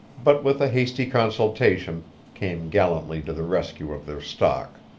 but with a hasty consultation came gallantly to the rescue of their stock.